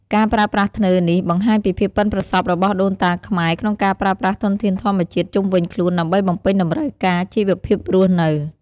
ការប្រើប្រាស់ធ្នើរនេះ បង្ហាញពីភាពប៉ិនប្រសប់របស់ដូនតាខ្មែរក្នុងការប្រើប្រាស់ធនធានធម្មជាតិជុំវិញខ្លួនដើម្បីបំពេញតម្រូវការជីវភាពរស់នៅ។